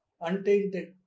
untainted